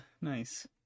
nice